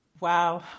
Wow